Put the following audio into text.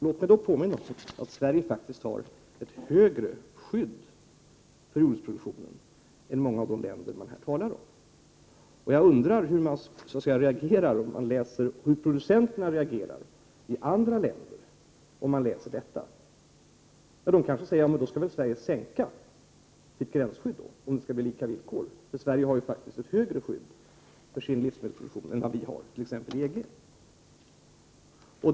Låt mig påminna om att Sverige faktiskt har ett högre gränsskydd för jordbruksproduktionen än många av de länder som man här talar om. Jag undrar hur producenterna i andra länder skulle reagera om de läste detta. De kanske skulle säga: Då skall Sverige sänka sitt gränsskydd för att det skall bli lika villkor, eftersom Sverige har ett högre skydd för sin livsmedelsproduktion än inom t.ex. EG.